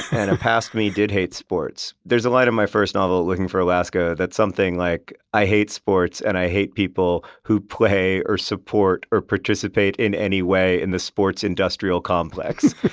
and a past me did hate sports. there's a line in my first novel, looking for alaska, that's something like i hate sports and i hate people who play or support or participate in any way in the sports-industrial complex.